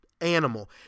animal